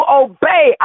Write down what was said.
obey